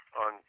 on